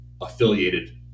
affiliated